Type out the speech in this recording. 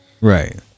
Right